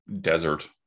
desert